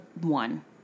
One